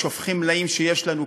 שופכים מלאים שיש לנו,